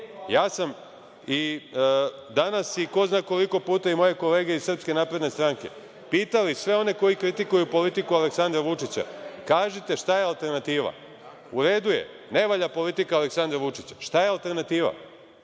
sam i danas i ko zna koliko puta, kao i moje kolege iz SNS pitao sve one koji kritikuju politiku Aleksandra Vučića – kažite šta je alternativa. U redu je, ne valja politika Aleksandra Vučića. Šta je alternativa?